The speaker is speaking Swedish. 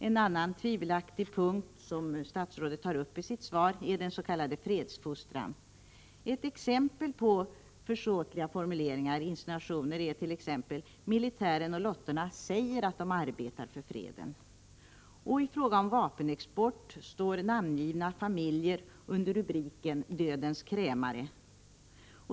En annan tvivelaktig punkt, som statsrådet tar upp i sitt svar, är den s.k. fredsfostran. Ett exempel på försåtliga formuleringar och insinuationer är: Militären och lottorna säger att de arbetar för freden. I fråga om vapenexport står namngivna familjer under rubriken Dödens krämare.